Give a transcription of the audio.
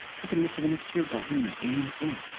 you can live for the next year without doing a damn thing.